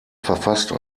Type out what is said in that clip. verfasste